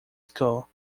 school